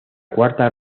cuarta